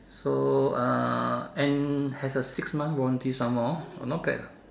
so uh and has a six months warranty some more not bad